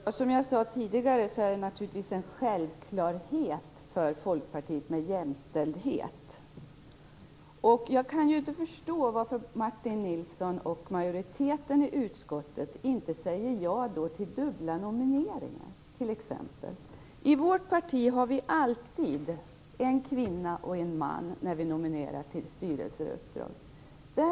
Herr talman! Som jag tidigare sade är jämställdhet naturligtvis en självklarhet för Folkpartiet. Jag kan inte förstå varför Martin Nilsson och majoriteten i utskottet inte säger ja till dubbla nomineringar t.ex. I vårt parti är det alltid en kvinna och en man som nomineras till styrelser och andra uppdrag.